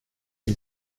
dem